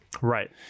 Right